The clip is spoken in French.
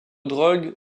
drogue